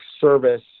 service